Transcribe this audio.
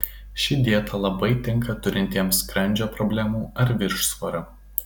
ši dieta labai tinka turintiems skrandžio problemų ar viršsvorio